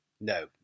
No